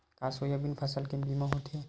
का सोयाबीन फसल के बीमा होथे?